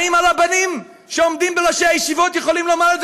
האם הרבנים שעומדים בראשי הישיבות יכולים לומר את זה,